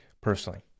personally